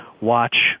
watch